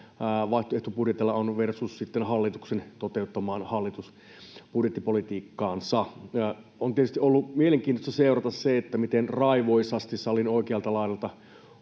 vaihtoehtobudjeteilla on versus hallituksen toteuttamaan hallitusbudjettipolitiikkaan. On tietysti ollut mielenkiintoista seurata, miten raivoisasti salin oikealta laidalta